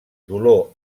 dolor